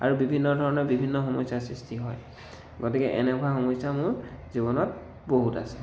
আৰু বিভিন্ন ধৰণে বিভিন্ন সমস্যাৰ সৃষ্টি হয় গতিকে এনেকুৱা সমস্যাসমূহ জীৱনত বহুত আছে